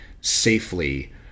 safely